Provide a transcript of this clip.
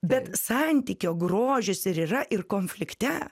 bet santykio grožis ir yra ir konflikte